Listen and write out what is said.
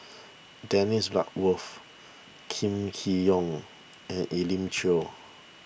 Dennis Bloodworth Kam Kee Yong and Elim Chew